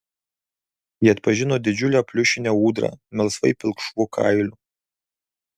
ji atpažino didžiulę pliušinę ūdrą melsvai pilkšvu kailiu